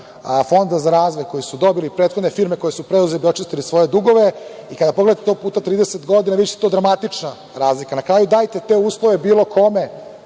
Fonda za razvoj koje su dobile prethodne firme koje su preuzele da bi očistile svoje dugove i kada to pogledate puta 30 godina, biće to dramatična razlika. Na kraju, dajte te uslove bilo kome